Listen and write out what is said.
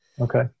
Okay